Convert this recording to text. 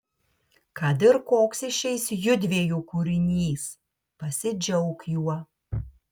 kad ir koks išeis judviejų kūrinys pasidžiauk juo